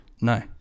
no